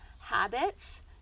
Habits